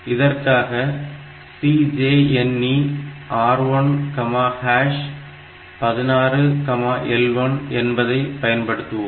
இதற்காக CJNE R116L1 என்பதை பயன்படுத்துவோம்